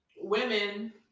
women